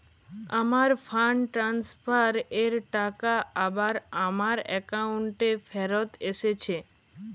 আমার fund transfer এর টাকা আবার আমার একাউন্টে ফেরত এসেছে